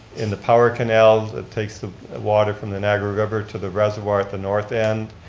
in the power canals, it takes the water from the niagara river to the reservoir at the north end.